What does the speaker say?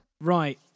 right